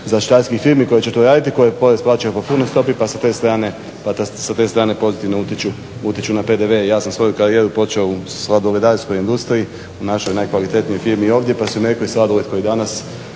zaštitarskih firmi koje će tu raditi koje porez plaćaju po punoj stopi pa sa te strane pozitivno utječu na PDV. Ja sam svoju karijeru u sladoledarskoj industriji, u našoj najkvalitetnoj firmi ovdje pa sam rekao i sladoled koji danas